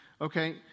okay